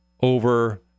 over